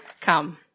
come